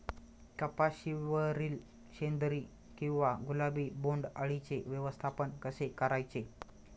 कपाशिवरील शेंदरी किंवा गुलाबी बोंडअळीचे व्यवस्थापन कसे करायचे?